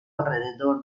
alrededor